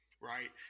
right